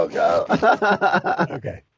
Okay